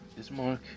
Ismark